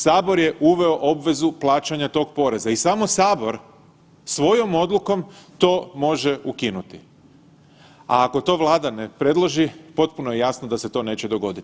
Sabor je uveo obvezu plaćanja tog poreza i samo Sabor svojom odlukom to može ukinuti, ako to Vlada ne predloži potpuno je jasno da se to neće dogoditi.